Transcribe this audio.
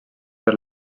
per